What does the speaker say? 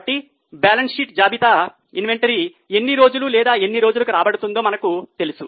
కాబట్టి బ్యాలెన్స్ షీట్లో జాబితా ఎన్ని రోజులు లేదా ఎన్ని రోజులకు రాబడుతుందో మనకు తెలుసు